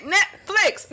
Netflix